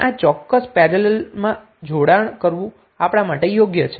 અને આ ચોક્કસ પેરેલલ જોડાણમાં આ કરવું આપણા માટે યોગ્ય છે